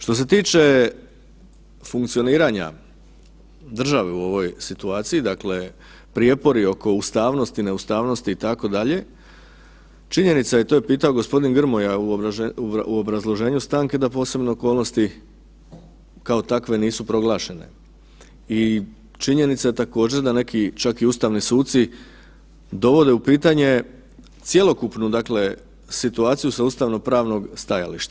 Što se tiče funkcioniranja države u ovoj situaciji, dakle prijepori oko ustavnosti, neustavnosti itd., činjenica je i to je pitao gospodin Grmoja u obrazloženju stanke da posebne okolnosti kao takve nisu proglašene i činjenica također da neki čak i ustavni suci dovode u pitanje cjelokupnu situaciju sa ustavnopravnog stajališta.